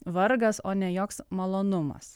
vargas o ne joks malonumas